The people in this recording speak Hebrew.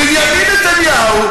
בנימין נתניהו,